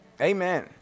Amen